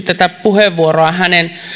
tätä puheenvuoroa hänen